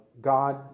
God